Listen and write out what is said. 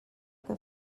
que